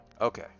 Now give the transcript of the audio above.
Okay